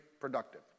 productive